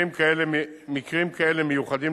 מקרים כאלה מיוחדים,